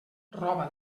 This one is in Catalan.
roba